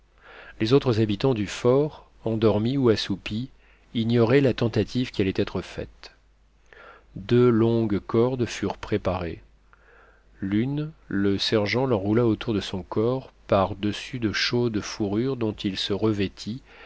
les autres habitants du fort endormis ou assoupis ignoraient la tentative qui allait être faite deux longues cordes furent préparées l'une le sergent l'enroula autour de son corps par-dessus de chaudes fourrures dont il se revêtit